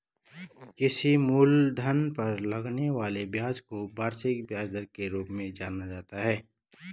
किसी मूलधन पर लगने वाले ब्याज को वार्षिक ब्याज दर के रूप में जाना जाता है